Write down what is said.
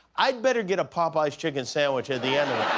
i better get a popeye's chicken sandwich at the end of